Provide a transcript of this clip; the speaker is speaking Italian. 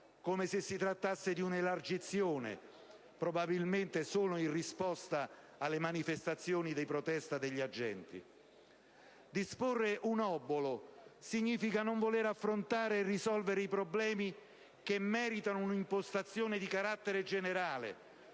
come se si trattasse di una elargizione, probabilmente solo in risposta alle manifestazioni di protesta degli agenti. Disporre un obolo significa non voler affrontare e risolvere i problemi che meritano una impostazione di carattere generale,